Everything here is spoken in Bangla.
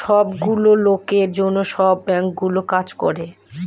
সব গুলো লোকের জন্য সব বাঙ্কগুলো কাজ করে